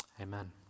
Amen